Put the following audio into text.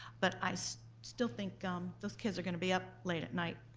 but i so still think um those kids are going to be up late at night.